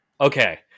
Okay